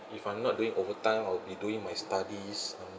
if I'm not doing over time I'll be doing my studies